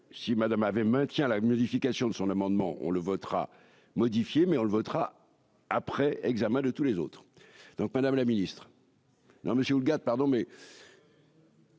si Madame avait même. Tiens, la modification de son amendement on le votera modifiée mais on le votera après examen de tous les autres, donc Madame la Ministre. Non, mais j'ai Houlgate, pardon mais.